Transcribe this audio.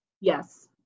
yes